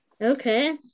Okay